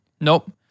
Nope